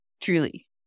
Truly